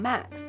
Max